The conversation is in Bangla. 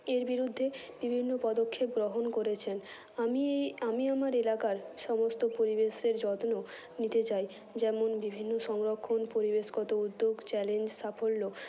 এর বিরুদ্ধে বিভিন্ন পদক্ষেপ গ্রহণ করেছেন আমি এই আমি আমার এলাকার সমস্ত পরিবেশের যত্ন নিতে চাই যেমন বিভিন্ন সংরক্ষণ পরিবেশগত উদ্যোগ চ্যালেঞ্জ সাফল্য